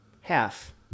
half